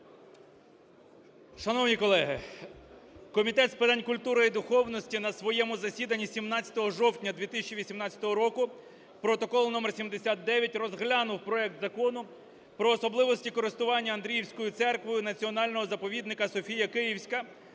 Шановні колеги, Комітет з питань культури і духовності на своєму засіданні 17 жовтня 2018 року (протокол №79) розглянув проект Закону про особливості користування Андріївською церквою Національного заповідника "Софія Київська"